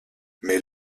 mais